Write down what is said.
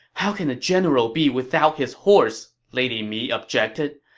how can a general be without his horse! lady mi objected.